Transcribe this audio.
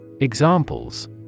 Examples